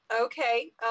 Okay